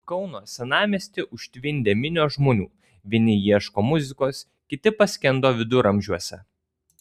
kauno senamiestį užtvindė minios žmonių vieni ieško muzikos kiti paskendo viduramžiuose